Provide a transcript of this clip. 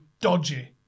dodgy